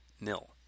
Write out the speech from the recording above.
nil